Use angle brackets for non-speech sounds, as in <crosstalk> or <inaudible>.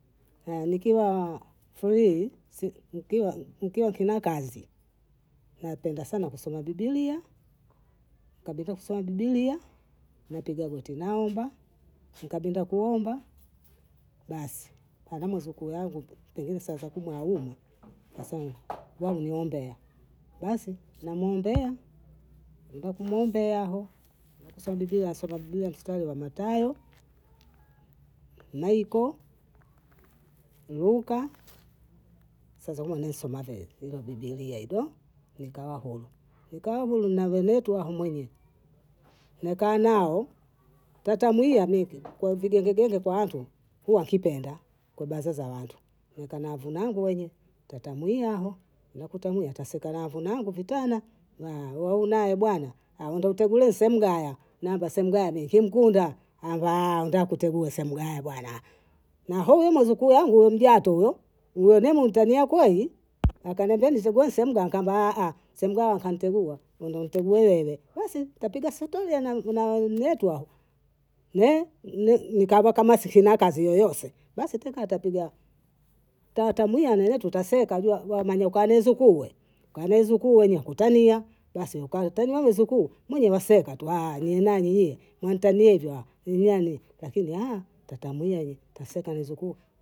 Aya nikiwa frii, si <hesitation> nkiwa sina kazi, napenda sana kusoma bibilia, kabila kusoma bibilia napiga goti naomba, nikabinda kuomba, basi ana muzukuu yangu pengine saa za kumwa hayumo, hasa wao niwaombea, basi namwombea, nenda kumwombea hao, kwenye kusoma bibilia, nasoma bibilia mstari wa Mathayo, Maiko, Luka, sazo nisomave. ngu bibilia ibo, nikawahuru, nikawahuru nangonetwa homwele, nkaa nao, tatamwia minki, kwa vigengegenge kwa watu, kua kipenda kobazi za watu, nikana vinangu wenye tatamwia hao, nakuta mie nataseka wavunangu vitana, na wou nae bwana <hesitation> ndo utegule sehemu gaya. nawamba sehemu gaya mie kimkunda. ambya <hesitation> ntakutegua sehemu gaya bwana na huyuyu muzuku yangu uyu Mjatu uyo, uyo ni muntania kwei, akanambia nisegue sehemu gani, nkamwambia <hesitation> sehemu gani akantegua, we ndo ntegue wewe, basi twapiga sitori <hesitation> na waumi yetu hao, <hesitation> nikawa kama sifi na kazi yoyose basi takaa tapiga <hesitation> tamwia ami yetu taseka <hesitation> wamanyoka nezukuwe, kanizukiwe nekutenia, basi wakawa tena we mwizukuu mwenyewe waseka tu <hesitation> ni nanii ntanie hivyo <hesitation> ni nani lakini <hesitation> tatamwie taseka mwizukuu.